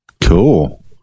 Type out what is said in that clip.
Cool